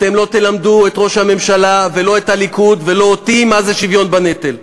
אתם לא תלמדו את ראש הממשלה ולא את הליכוד ולא אותי מה זה שוויון בנטל.